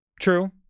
true